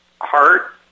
heart